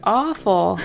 awful